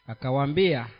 Akawambia